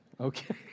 Okay